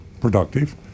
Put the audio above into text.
productive